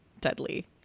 deadly